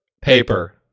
paper